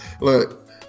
look